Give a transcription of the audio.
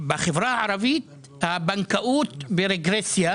בחברה הערבית הבנקאות היא ברגרסיה,